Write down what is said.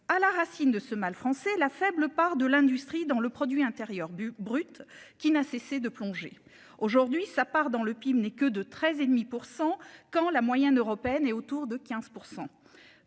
à la racine de ce mal français la faible part de l'industrie dans le produit intérieur but brut qui n'a cessé de plonger aujourd'hui sa part dans le PIB n'est que de 13 et demi % quand la moyenne européenne et autour de 15%.